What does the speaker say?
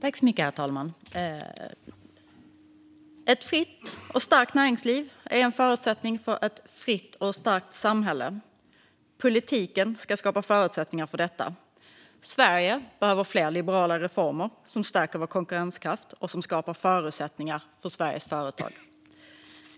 Herr talman! Ett fritt och starkt näringsliv är en förutsättning för ett fritt och starkt samhälle. Politiken ska skapa förutsättningar för detta. Sverige behöver fler liberala reformer som stärker vår konkurrenskraft och skapar förutsättningar för Sveriges företag.